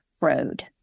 road